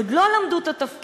עוד לא למדו את התפקיד,